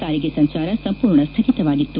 ಸಾರಿಗೆ ಸಂಚಾರ ಸಂಪೂರ್ಣ ಸ್ಥಗಿತವಾಗಿತ್ತು